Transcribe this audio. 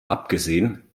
abgesehen